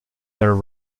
their